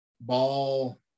Ball